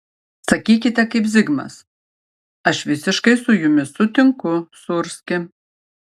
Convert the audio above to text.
sakykite kaip zigmas aš visiškai su jumis sutinku sūrski